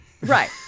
Right